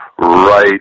right